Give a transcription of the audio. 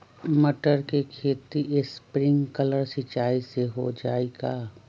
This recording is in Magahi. मटर के खेती स्प्रिंकलर सिंचाई से हो जाई का?